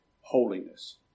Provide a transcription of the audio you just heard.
holiness